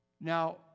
Now